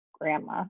grandma